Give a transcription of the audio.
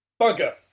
Bugger